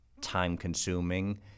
time-consuming